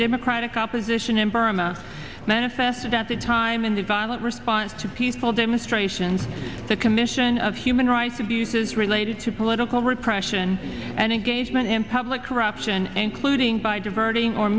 democratic opposition in burma manifested at the time in the violent response to peaceful demonstrations the commission of human rights abuses related to political repression and engagement in public corruption including by diverting or